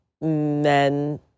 Men